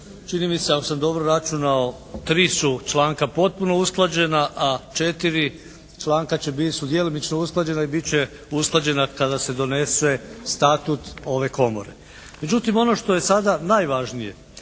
Čini mi se ako sam dobro računao tri su članka potpuno usklađena a četiri članka će biti, su djelomično usklađena i bit će usklađena kada se donese statut ove komore. Međutim ono što je sada najvažnije,